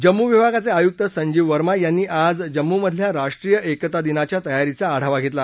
जम्मू विभागाचे आयुक्त संजीव वर्मा यांनी आज जम्मूमधल्या राष्ट्रीय एकता दिनाच्या तयारीचा आढावा घेतला